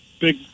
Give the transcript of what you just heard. big